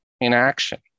inaction